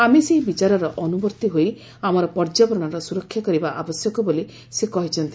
ଆମେ ସେହି ବିଚାରର ଅନୁବର୍ତ୍ତୀ ହୋଇ ଆମର ପର୍ଯ୍ୟାବରଣର ସୁରକ୍ଷା କରିବା ଆବଶ୍ୟକ ବୋଲି ସେ କହିଛନ୍ତି